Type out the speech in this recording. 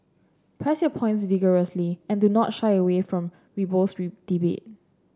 press your points vigorously and do not shy away from robust debate